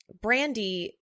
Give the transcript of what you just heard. Brandy